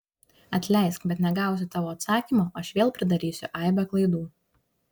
atleisk bet negavusi tavo atsakymo aš vėl pridarysiu aibę klaidų